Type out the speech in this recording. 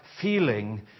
feeling